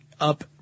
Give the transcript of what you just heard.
up